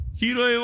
hero